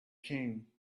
king